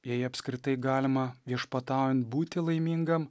jei apskritai galima viešpataujant būti laimingam